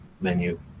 menu